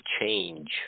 change